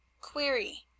Query